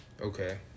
Okay